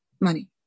money